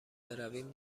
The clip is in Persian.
برویم